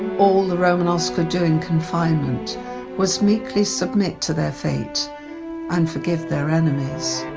all the romanovs could do in confinement was meekly submit to their fate and forgive their enemies.